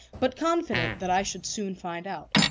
but confident that i should soon find out.